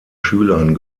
schülern